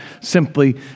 simply